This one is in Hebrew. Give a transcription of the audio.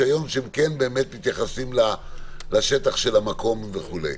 הרישיון שמתייחסים לשטח של המקום וכולי,